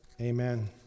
Amen